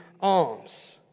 alms